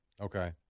Okay